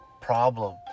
problem